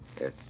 Yes